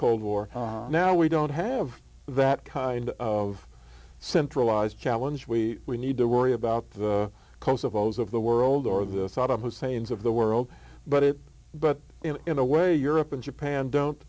cold war now we don't have that kind of centralized challenge we we need to worry about the kosovo's of the world or the saddam hussein's of the world but it but in a way europe and japan don't